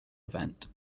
event